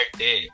day